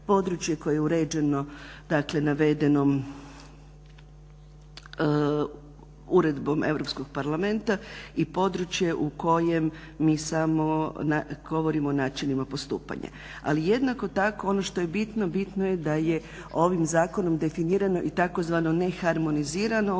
koje je uređeno navedenom uredbom EU parlamenta i područje u kojem mi samo govorimo o načinima postupanja. Ali jednako tako ono što je bitno bitno je da je ovim zakonom definirano i tzv. neharmonizirano